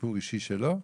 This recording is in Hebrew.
סיפור אישי שלו?